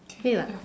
K lah